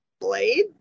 Blade